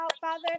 Father